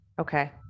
Okay